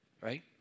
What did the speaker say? Right